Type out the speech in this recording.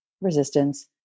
resistance